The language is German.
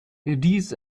dies